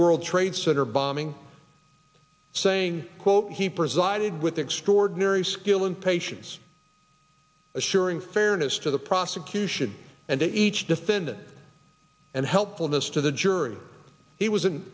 world trade center bombing saying quote he presided with extraordinary skill in patients assuring fairness to the prosecution and the each defendant and helpfulness to the jury he was in